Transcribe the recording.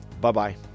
Bye-bye